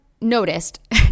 noticed